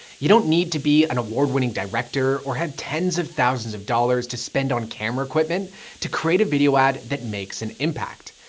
you don't need to be award winning director or had tens of thousands of dollars to spend on camera equipment to create a video ad that makes an impact.